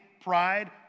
pride